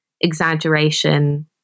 exaggeration